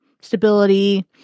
stability